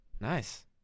Nice